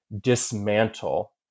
dismantle